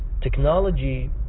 technology